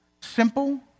simple